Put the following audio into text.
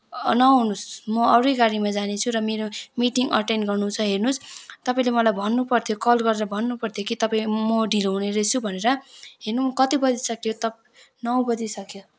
नआउनुहोस् र म अरू नै गाडीमा जानेछु र मेरो मिटिङ एटेन्ड गर्नु छ हेर्नुहोस् तपाईँले मलाई भन्नुपर्थ्यो कल गरेर भन्नुपर्थ्यो कि तपाईँ म ढिलो हुने रहेछु भनेर हेर्नु कति बजी सक्यो नौ बजी सक्यो